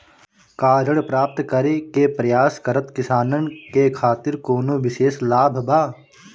का ऋण प्राप्त करे के प्रयास करत किसानन के खातिर कोनो विशेष लाभ बा